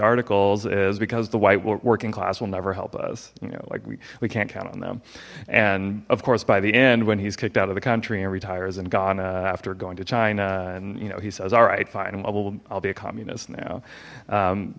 articles is because the white working class will never help us you know like we we can't count on them and of course by the end when he's kicked out of the country and retires and gone after going to china and you know he says alright fine i'll be a communist